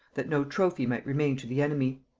that no trophy might remain to the enemy.